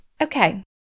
Okay